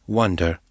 wonder